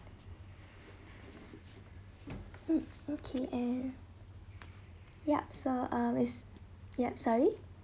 mm okay and yup so uh it's yup sorry